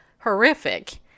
horrific